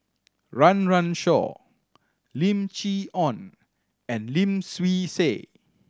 Run Run Shaw Lim Chee Onn and Lim Swee Say